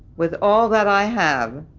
with all that i have